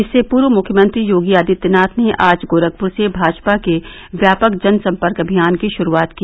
इससे पूर्व मुख्यमंत्री योगी आदित्यनाथ ने आज गोरखपुर से भाजपा के व्यापक जनसम्पर्क अभियान की शुरूआत की